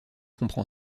comprend